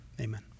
Amen